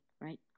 right